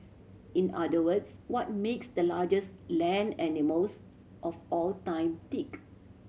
in other words what makes the largest land animals of all time tick